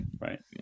right